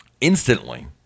Instantly